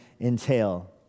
entail